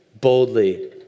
boldly